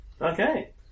Okay